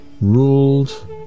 ruled